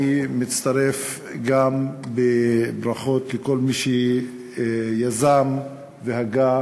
אני מצטרף גם לברכות לכל מי שיזם והגה